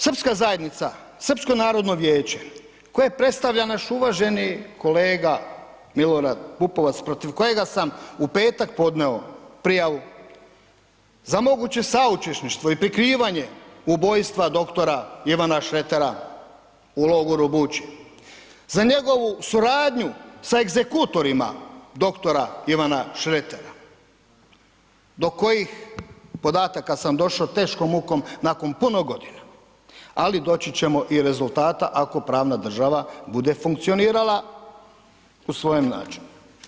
Srpska zajednica, Srpsko narodno vijeće koje predstavlja naš uvaženi kolega Milorad Pupovac protiv kojega sam u petak podnio prijavu za moguće saučešništvo i prikrivanje ubojstva doktora Ivana Šretera u logoru Buči, za njegovu suradnju sa egzekutorima doktora Ivana Šretera do kojih podataka sam došao teškom mukom nakon puno godina, ali doći ćemo i do rezultata ako pravna država bude funkcionirala u svojem načinu.